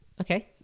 Okay